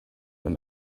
and